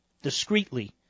Discreetly